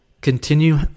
continue